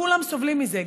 כולם סובלים מזה,